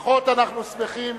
לפחות אנחנו שמחים